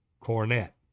cornet